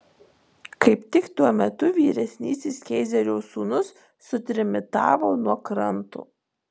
kaip tik tuo metu vyresnysis keizerio sūnus sutrimitavo nuo kranto